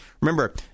Remember